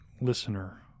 listener